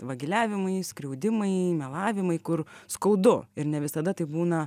vagiliavimai skriaudimai melavimai kur skaudu ir ne visada tai būna